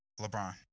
LeBron